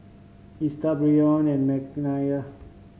Esta Brion and Mckenzie